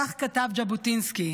כך כתב ז'בוטינסקי,